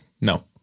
No